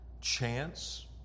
chance